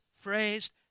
phrased